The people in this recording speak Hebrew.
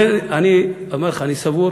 אני אומר לך, אני סבור